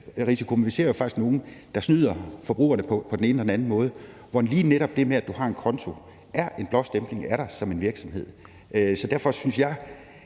ikke i hvidvaskøjemed, snyder forbrugerne på den ene eller på den anden måde. Og lige netop det med, at du har en konto, er en blåstempling af dig som virksomhed. Så lad os nu få